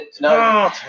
no